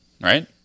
right